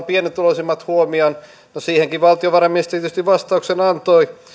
pienituloisimmat huomioon no siihenkin valtiovarainministeri tietysti vastauksen antoi